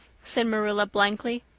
said marilla blankly,